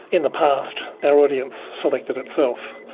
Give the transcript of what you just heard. in the past our audience selected itself.